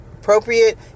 appropriate